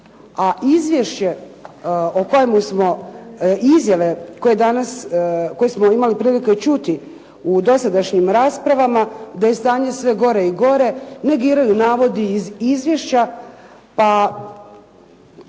a izvješće o kojemu smo i izjave koje smo imali danas prilike čuti u dosadašnjim raspravama, da je stanje sve gore i gore, negiraju navodi iz izvješća, pa